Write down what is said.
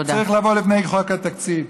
צריכה לבוא לפני חוק התקציב.